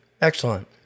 Excellent